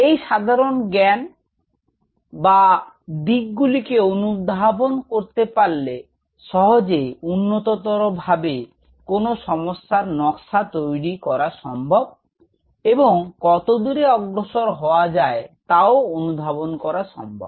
এই সাধারণ জ্ঞান বা দিকগুলিকে অনুধাবন করতে পারলে সহজে উন্নততরভাবে কোনও সমস্যার নকশা তৈরি করা সম্ভব এবং কতদূরে অগ্রসর হওয়া যায় তাও অনুধাবন করা সম্ভব